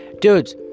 dudes